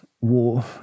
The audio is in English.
war